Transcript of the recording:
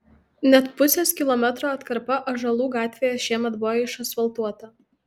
net pusės kilometro atkarpa ąžuolų gatvėje šiemet buvo išasfaltuota